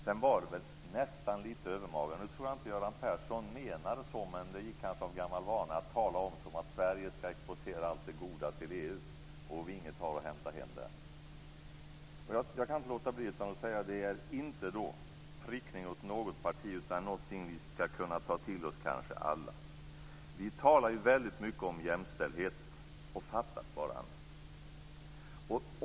Sedan var det väl nästan litet övermaga - jag tror inte att Göran Persson menar så, men det gick väl av gammal vana - att tala om att Sverige skall exportera allt det goda till EU men att vi inte har något att hämta hem där. Det här är inte en prickning av något parti, men kanske något vi kan ta till oss: Vi talar mycket om jämställdhet. Fattas bara annat!